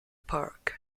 park